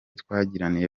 twaganiriye